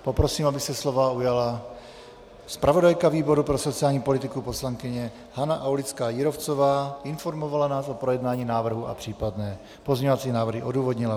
Poprosím, aby se slova ujala zpravodajka výboru pro sociální politiku poslankyně Hana Aulická Jírovcová, informovala nás o projednání návrhu a případné pozměňovací návrhy odůvodnila.